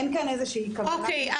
אין כאן איזושהי כוונת מכוון --- אוקיי,